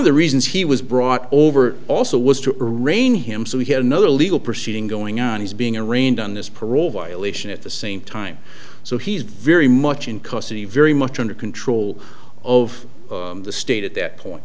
of the reasons he was brought over also was to reign him so we had another legal proceeding going on he's being arraigned on this parole violation at the same time so he's very much in custody very much under control of the state at that point